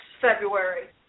February